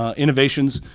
ah innovations,